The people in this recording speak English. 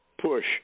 push